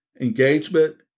Engagement